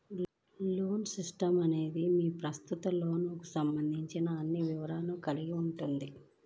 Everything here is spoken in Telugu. లోన్ స్టేట్మెంట్ అనేది మీ ప్రస్తుత లోన్కు సంబంధించిన అన్ని వివరాలను కలిగి ఉంటుంది